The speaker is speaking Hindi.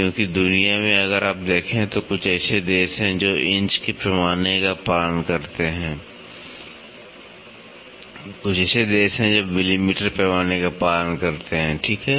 क्योंकि दुनिया में अगर आप देखें तो कुछ ऐसे देश हैं जो इंच （inch） के पैमाने का पालन करते हैं कुछ ऐसे देश हैं जो मिलीमीटर （millimetre） पैमाने का पालन करते हैं ठीक है